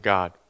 God